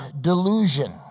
delusion